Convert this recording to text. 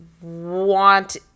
want